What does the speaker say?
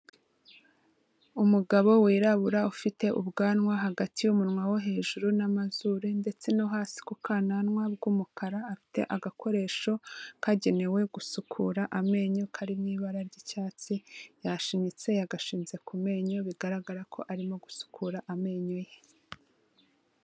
Umugabo wirabura ufite ubwanwa hagati y'umunwa wo hejuru, ndetse n'amazuru ndatse no hasi kukananwa, bw'umukara. Afite agakoresho kagenewe gusukura amenyo karimo ibara ry'icyatsi, yashinyitse yagashinze kumenyo, biragara ko ari gusukura amenyo ye.